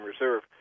Reserve